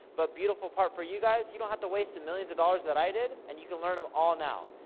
but beautiful part for you guys, you don't have to waste the millions of dollars that i did, and you can learn em all now.